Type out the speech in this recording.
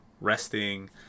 resting